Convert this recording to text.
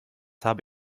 habe